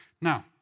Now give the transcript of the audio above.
Now